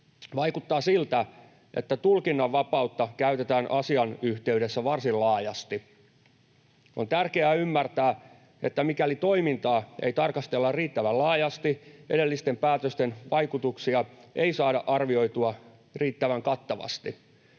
Vaikuttaa siltä, että tulkinnanvapautta käytetään asian yhteydessä varsin laajasti. On tärkeää ymmärtää, että mikäli toimintaa ei tarkastella riittävän laajasti, edellisten päätösten vaikutuksia ei saada arvioitua riittävän kattavasti.